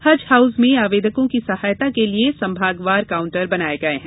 हज हाउस में आवेदकों की सहायता के लिये संभागवार काउंटर बनाये गये हैं